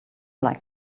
like